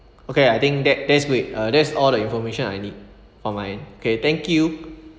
okay I think that that's with uh that is all the information I need for my okay thank you